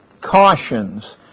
cautions